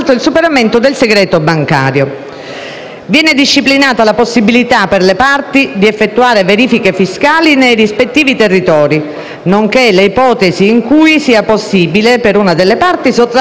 Viene disciplinata la possibilità per le parti di effettuare verifiche fiscali nei rispettivi territori, nonché le ipotesi in cui sia possibile per una delle parti sottrarsi alla richiesta informativa.